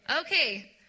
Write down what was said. okay